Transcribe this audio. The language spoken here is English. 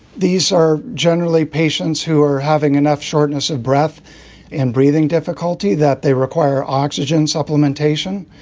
these are generally patients who are having enough shortness of breath and breathing difficulty that they require oxygen supplementation.